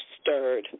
stirred